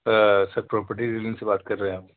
سر property dealer سے بات کر رہے ہیں ہم